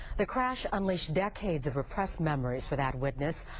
the crash unleashed decades of repressed memories for that witness,